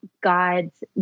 God's